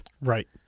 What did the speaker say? Right